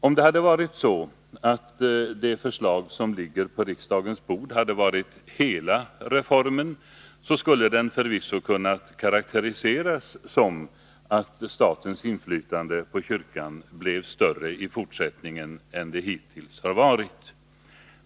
Om det förslag som nu behandlas av riksdagen hade varit hela reformen, skulle den förvisso ha kunnat karakteriseras som att statens inflytande blev större i fortsättningen än det hittills har varit.